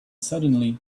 suddenly